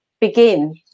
begin